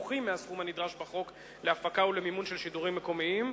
נמוך מהסכום הנדרש בחוק להפקה ולמימון של שידורים מקומיים,